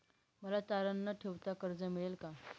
मला तारण न ठेवता कर्ज मिळेल का?